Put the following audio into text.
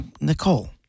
Nicole